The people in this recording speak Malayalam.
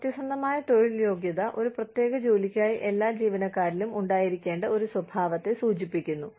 സത്യസന്ധമായ തൊഴിൽ യോഗ്യത ഒരു പ്രത്യേക ജോലിക്കായി എല്ലാ ജീവനക്കാരിലും ഉണ്ടായിരിക്കേണ്ട ഒരു സ്വഭാവത്തെ സൂചിപ്പിക്കുന്നു